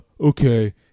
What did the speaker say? okay